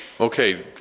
Okay